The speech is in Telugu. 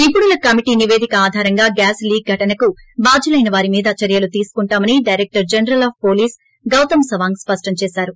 నిపుణుల కమిటీ నిపేదిక ఆధారంగా గ్యాస్ లిక్ ఘటనకు బాధ్యులైన వారి మీద చర్యలు తీసుకుంటామని director general of police Gautam Sawang స్పష్టం చేశారు